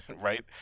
right